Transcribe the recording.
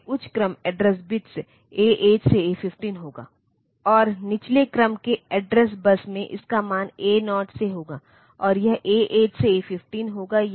और वे सामान्य रूप से कण्ट्रोल और स्टेटस संकेतों के रूप में जाने जाते हैं क्योंकि यह माइक्रोप्रोसेसर की स्टेटस के बारे में बात करता है